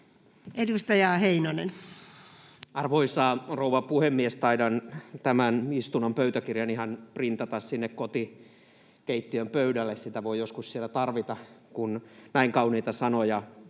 13:15 Content: Arvoisa rouva puhemies! Taidan tämän istunnon pöytäkirjan ihan printata sinne kotikeittiön pöydälle. Sitä voi joskus siellä tarvita, kun näin kauniita sanoja